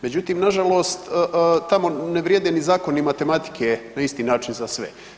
Međutim, nažalost tamo ne vrijede ni zakoni matematike na isti način za sve.